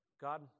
God